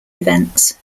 events